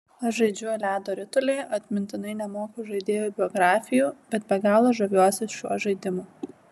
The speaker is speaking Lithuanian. aš žaidžiu ledo ritulį atmintinai nemoku žaidėjų biografijų bet be galo žaviuosi šiuo žaidimu